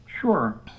Sure